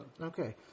Okay